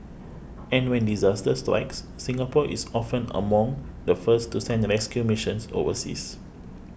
and when disaster strikes Singapore is often among the first to send rescue missions overseas